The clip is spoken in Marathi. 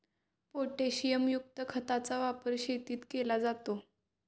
पोटॅशियमयुक्त खताचा वापर शेतीत केला जातो